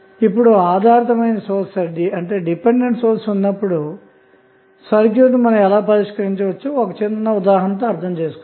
ఇప్పుడు ఆధారితమైన సోర్స్ ఉన్నప్పుడు సర్క్యూట్ను ఎలా పరిష్కరించాలో ఒక ఉదాహరణతో అర్థం చేసుకుందాం